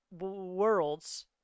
worlds